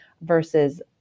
versus